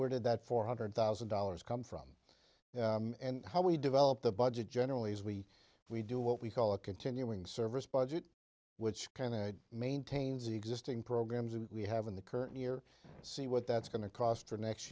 where did that four hundred thousand dollars come from and how we develop the budget generally is we we do what we call a continuing service budget which kind of maintains the existing programs that we have in the current year see what that's going to cost for next